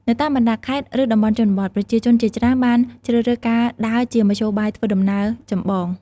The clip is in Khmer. នៅតាមបណ្តាខេត្ត ឬតំបន់ជនបទ ប្រជាជនជាច្រើនបានជ្រើសរើសការដើរជាមធ្យោបាយធ្វើដំណើរចម្បង។